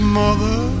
mother